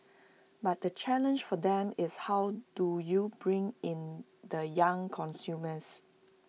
but the challenge for them is how do you bring in the young consumers